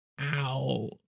ow